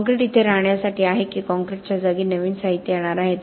concrete इथे राहण्यासाठी आहे की काँक्रीटच्या जागी नवीन साहित्य येणार आहे